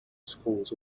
scores